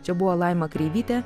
čia buvo laima kreivytė